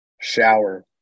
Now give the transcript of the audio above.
shower